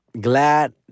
Glad